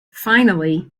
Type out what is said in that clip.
finally